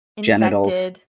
genitals